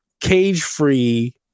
cage-free